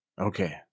Okay